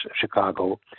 Chicago